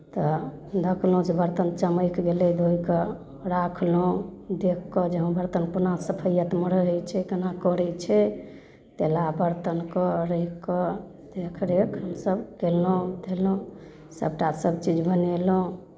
तऽ देखलहुँ जे बर्तन चमकि गेलै धोइ कऽ रखलहुँ देखि कऽ जे हँ बर्तन कोना सफैअतमे रहै छै कोना करै छै तेलाह बर्तनकेँ राखि कऽ देखरेख ईसभ कयलहुँ धयलहुँ सभटा सभचीज बनेलहुँ